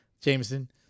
jameson